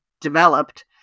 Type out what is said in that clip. developed